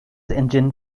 engine